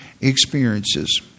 experiences